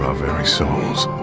um very souls.